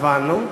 הבנו,